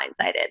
blindsided